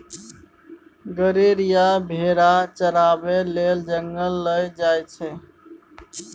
गरेरिया भेरा चराबै लेल जंगल लए जाइ छै